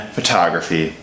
Photography